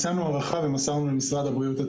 ביצענו הערכה ומסרנו אותה למשרד הבריאות.